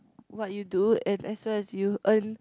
what you do and as well as you earn